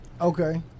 Okay